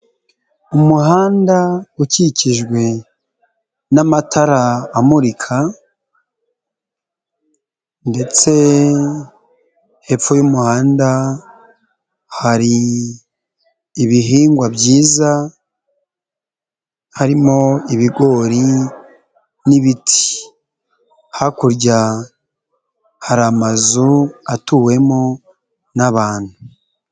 Umuhanda ukikijwe n'amatara amurika ndetse hepfo y'umuhanda hari ibihingwa byiza harimo ibigori n'ibiti. Hakurya hari amazu atuwemo n'abantu.